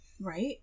Right